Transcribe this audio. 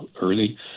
early